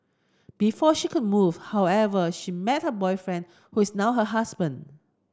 before she could move however she met her boyfriend who is now her husband